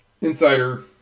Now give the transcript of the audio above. insider